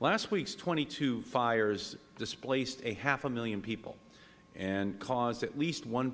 last week's twenty two fires displaced a half million people and caused at least one